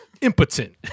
impotent